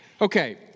Okay